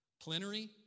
Plenary